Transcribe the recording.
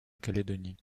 calédonie